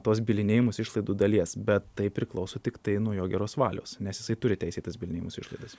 tos bylinėjimosi išlaidų dalies bet tai priklauso tiktai nuo jo geros valios nes jisai turi teisę į tas bylinėjimosi išlaidas